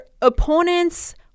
opponent's